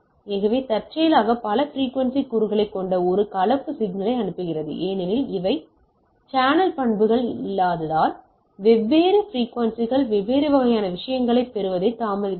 ஆகவே தற்செயலாக பல பிரிக்குவென்சி கூறுகளைக் கொண்ட ஒரு கலப்பு சிக்னலை அனுப்புகிறது ஏனெனில் இவை சேனல் பண்புகள் என்பதால் வெவ்வேறு பிரிக்குவென்சிகள் வெவ்வேறு வகையான விஷயங்களை பெறுவதில் தாமதமாகின்றன